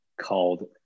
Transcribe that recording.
called